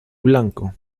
blanco